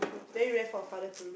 very rare for a father to